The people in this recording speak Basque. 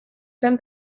zen